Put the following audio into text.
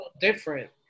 different